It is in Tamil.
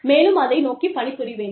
மேலும் அதை நோக்கி பணிபுரிவேன்